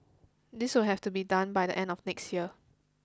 this will have to be done by the end of next year